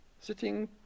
Sitting